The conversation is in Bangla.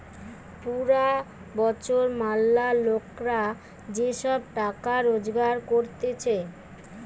পুরা বছর ম্যালা লোকরা যে সব টাকা রোজগার করতিছে